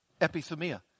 Epithemia